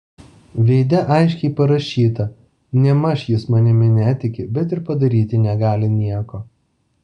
veide aiškiai parašyta nėmaž jis manimi netiki bet ir padaryti negali nieko